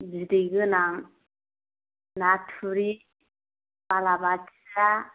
बिदै गोनां ना थुरि बालाबाथिया